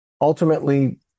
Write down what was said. ultimately